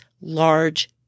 large